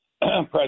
President